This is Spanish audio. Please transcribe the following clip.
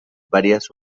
varias